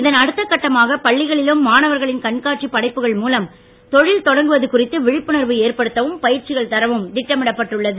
இதன் அடுத்த கட்டமாக பள்ளிகளிலும் மாணவர்களின் கண்காட்சி படைப்புகள் மூலம் தொழில் தொடங்குவது குறித்து விழிப்புணர்வு ஏற்படுத்தவும் பயிற்சிகள் தரவும் திட்டமிடப்பட்டு உள்ளது